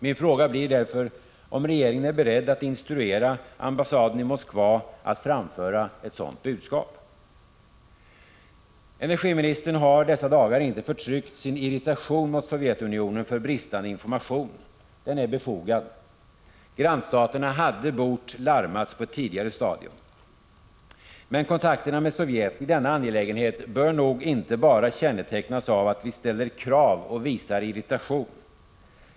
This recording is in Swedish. Min fråga blir därför om regeringen är beredd att instruera ambassaden i Moskva att framföra ett sådant budskap. Energiministern har under dessa dagar inte undertryckt sin irritation mot Sovjetunionen för bristande information. Denna irritation är befogad. Grannstaterna hade bort larmas på ett tidigare stadium. Men kontakterna med Sovjet i denna angelägenhet bör nog inte bara kännetecknas av att vi ställer krav och visar irritation.